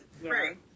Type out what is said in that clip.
Right